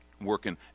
working